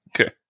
Okay